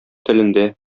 телендә